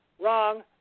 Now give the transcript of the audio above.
wrong